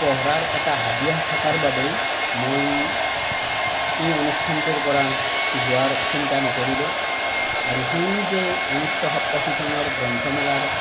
পঢ়াৰ এটা হাবিয়াস থকাৰ বাবেই মই এই অনুষ্ঠানটোৰ পৰা যোৱাৰ চিন্তা নকৰিলোঁ আৰু সেই যে ঊনৈছশ সপ্তাষী চনৰ গ্ৰন্থমেলাৰ